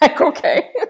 okay